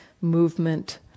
movement